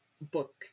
book